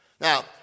Now